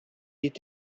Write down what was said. est